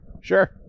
Sure